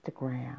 Instagram